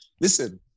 Listen